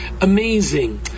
amazing